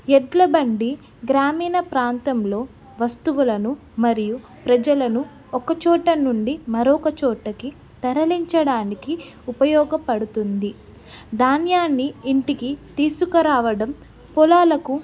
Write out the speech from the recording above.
ఎడ్ల బండి గ్రామీణ ప్రాంతంలో వస్తువులను మరియు ప్రజలను ఒకచోట నుండి మరొకచోటకి తరలించడానికి ఉపయోగపడుతుంది ధాన్యాన్ని ఇంటికి తీసుకురావడం పొలాలకు